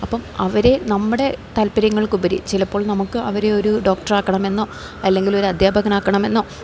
അപ്പോള് അവരെ നമ്മുടെ താൽപര്യങ്ങൾക്ക് ഉപരി ചിലപ്പോൾ നമുക്ക് അവരെ ഒരു ഡോക്ടറാക്കണമെന്നോ അല്ലെങ്കിൽ ഒരു അധ്യാപകനാക്കണമെന്നോ